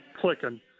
clicking